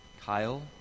Kyle